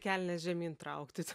kelnes žemyn traukti